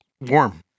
Warm